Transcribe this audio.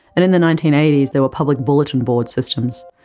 and in the nineteen eighty s, there were public bulletin board systems,